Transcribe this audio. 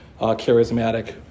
charismatic